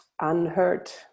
unhurt